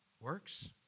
Works